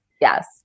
Yes